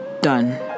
done